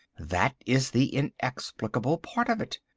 that is the inexplicable part of it.